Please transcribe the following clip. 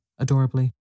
adorably